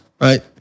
right